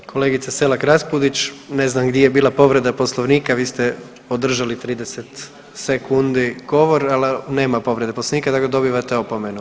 Kolegice Selak Raspudić, ne znam gdje je bila povreda Poslovnika vi ste održali 30 sekundi govor, al nema povrede Poslovnika, dakle dobivate opomenu.